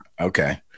Okay